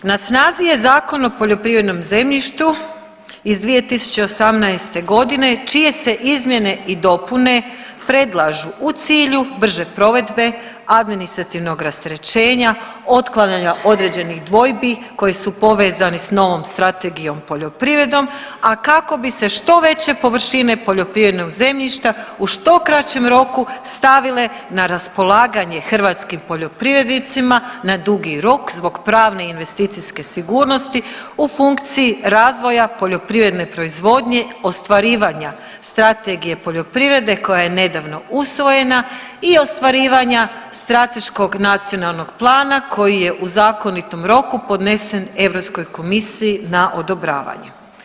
Na snazi je Zakon o poljoprivrednom zemljištu iz 2018.g. čije se izmjene i dopune predlažu u cilju brže provedbe, administrativnog rasterećenja, otklanjanja određenih dvojbi koje su povezani s novom Strategijom poljoprivredom, a kako bi se što veće površine poljoprivrednog zemljišta u što kraćem roku stavile na raspolaganje hrvatskim poljoprivrednicima na dugi rok zbog pravne i investicijske sigurnosti u funkciji razvoja poljoprivredne proizvodnje, ostvarivanja Strategije poljoprivrede koja je nedavno usvojena i ostvarivanja Strateškog nacionalnog plana koji je u zakonitom roku podnesen Europskoj komisiji na odobravanje.